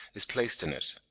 is placed in it.